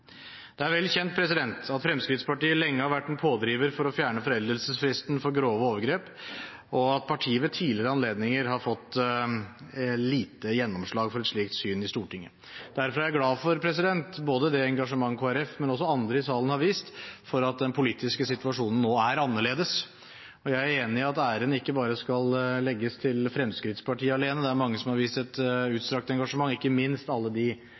Det er vel kjent at Fremskrittspartiet lenge har vært en pådriver for å fjerne foreldelsesfristen for grove overgrep og at partiet ved tidligere anledninger har fått lite gjennomslag for et slikt syn i Stortinget. Derfor er jeg glad for det engasjementet Kristelig Folkeparti og andre i denne salen har vist for at den politiske situasjonen nå er annerledes. Jeg er enig i at æren ikke bare skal gis til Fremskrittspartiet alene. Det er mange som har vist et utstrakt engasjement, ikke minst alle de